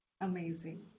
Amazing